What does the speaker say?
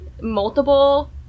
multiple